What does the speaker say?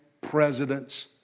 presidents